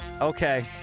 Okay